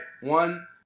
One